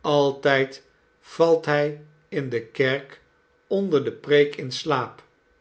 altijd valt hij in de kerk onder de preek in slaap